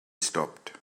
stopped